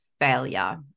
failure